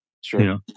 Sure